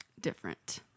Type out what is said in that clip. different